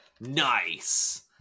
Nice